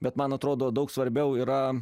bet man atrodo daug svarbiau yra